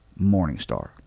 Morningstar